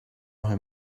him